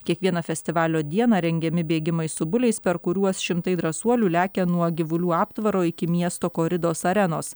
kiekvieną festivalio dieną rengiami bėgimai su buliais per kuriuos šimtai drąsuolių lekia nuo gyvulių aptvaro iki miesto koridos arenos